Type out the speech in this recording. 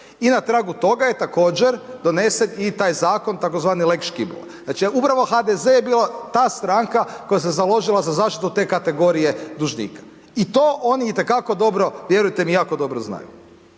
I na tragu toga je također donesen i taj zakon tzv. lex Škibola, znači upravo HDZ je bio ta stranka koja se založila za zaštitu te kategorije dužnika i to oni i te kako dobro, vjerujte mi jako dobro znaju.